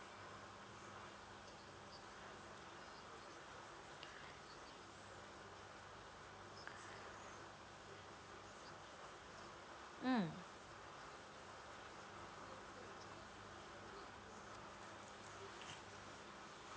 mm